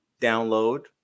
download